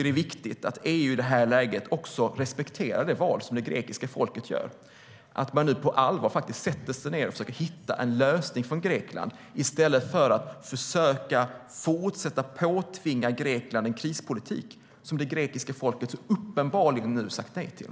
Det är viktigt att EU i det här läget respekterar det val som det grekiska folket gjort. Det är viktigt att EU på allvar försöker hitta en lösning för Grekland i stället för att försöka fortsätta att påtvinga landet en krispolitik som det grekiska folket så uppenbart sagt nej till.